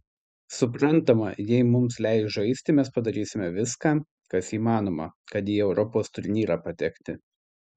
suprantama jei mums leis žaisti mes padarysime viską kas įmanoma kad į europos turnyrą patekti